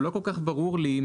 לא כל כך ברור לי,